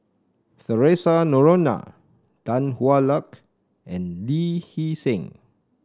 Theresa Noronha Tan Hwa Luck and Lee Hee Seng